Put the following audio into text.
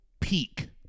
peak